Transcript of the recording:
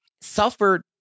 suffered